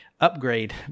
upgrade